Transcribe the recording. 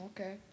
Okay